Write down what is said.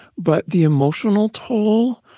but the emotional toll,